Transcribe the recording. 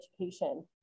education